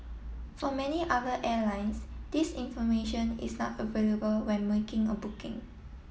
for many other airlines this information is not available when making a booking